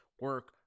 Work